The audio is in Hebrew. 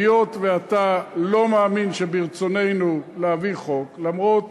היות שאתה לא מאמין שברצוננו להביא חוק, למרות